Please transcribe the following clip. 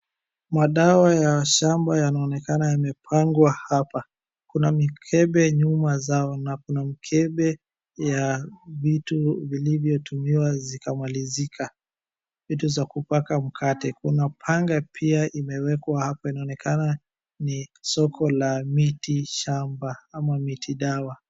Madawa ya shamba yanaonekana yamepagwa hapa, kuna mikebe nyuma zao na kuna mkebe ya vitu vilivyo tumiwa zikamalizika vitu za kupaka mkate. Kuna panga pia imewekwa hapo inaonekana ni soko la miti shamba ama miti dawa.